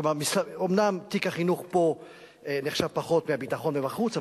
אומנם תיק החינוך פה נחשב פחות מהביטחון ומהחוץ,